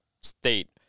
state